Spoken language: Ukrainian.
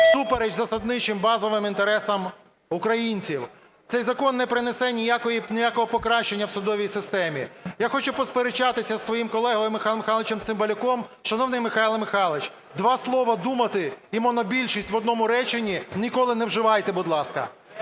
всупереч засадничим базовим інтересам українців. Цей закон не принесе ніякого покращення в судовій системі. Я хочу посперечатися зі своїм колегою Михайлом Михайловичем Цимбалюком. Шановний Михайло Михайлович, два слова "думати" і "монобільшість" в одному реченні ніколи не вживайте, будь ласка.